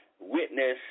witness